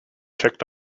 checked